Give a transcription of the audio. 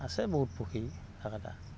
আছে বহুত পুখুৰী থাকাতা